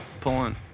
Pulling